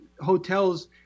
hotels